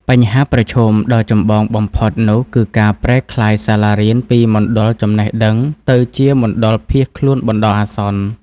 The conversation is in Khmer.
បញ្ហាប្រឈមដ៏ចម្បងបំផុតនោះគឺការប្រែក្លាយសាលារៀនពីមណ្ឌលចំណេះដឹង ទៅជាមណ្ឌលភៀសខ្លួនបណ្តោះអាសន្ន។